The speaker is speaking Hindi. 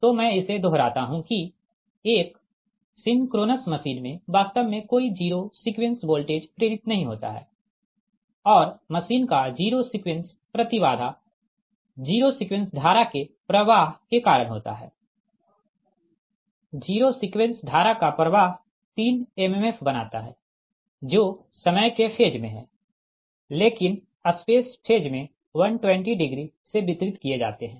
तो मैं इसे दोहराता हूँ कि एक सिंक्रोनस मशीन में वास्तव में कोई जीरो सीक्वेंस वोल्टेज प्रेरित नहीं होता है और मशीन का जीरो सीक्वेंस प्रति बाधा जीरो सीक्वेंस धारा के प्रवाह के कारण होता है जीरो सीक्वेंस धारा का प्रवाह तीन एमएमएफ बनाता है जो समय के फेज में है लेकिन स्पेस फेज में 120 डिग्री से वितरित किए जाते है